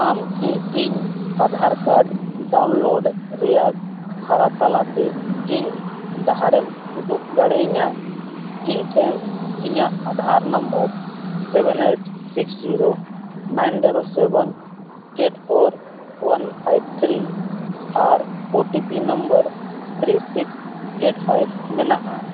ᱟᱢ ᱠᱤ ᱤᱧ ᱟᱫᱷᱟᱨ ᱠᱟᱨᱰ ᱰᱟᱣᱩᱱᱞᱳᱰ ᱨᱮᱭᱟᱜ ᱦᱟᱨᱟ ᱛᱟᱞᱟᱛᱮ ᱤᱧ ᱰᱟᱦᱟᱨᱮᱢ ᱩᱫᱩᱜ ᱫᱟᱲᱮᱭᱤᱧᱟ ᱤᱧ ᱴᱷᱮᱱ ᱤᱧᱟᱹᱜ Aadhaar number seven eight six zero nine double seven eight four one five three ᱟᱨ O T P number three six eight five ᱢᱮᱱᱟᱜᱼᱟ